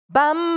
Bam